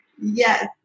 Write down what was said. Yes